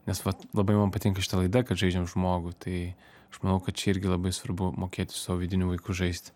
nes vat labai man patinka šita laida kad žaidžiam žmogų tai aš manau kad čia irgi labai svarbu mokėti su savo vidiniu vaiku žaisti